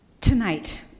tonight